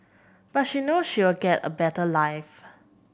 but she knows she'll get a better life